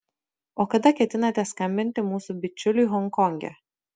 o kada ketinate skambinti mūsų bičiuliui honkonge